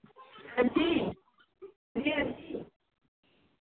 हां जी